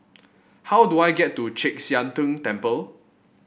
how do I get to Chek Sian Tng Temple